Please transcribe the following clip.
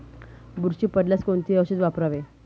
बुरशी पडल्यास कोणते औषध वापरावे?